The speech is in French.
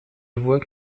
vois